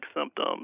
symptoms